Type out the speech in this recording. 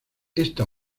esta